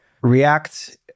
React